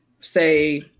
say